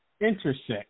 Intersect